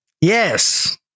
Yes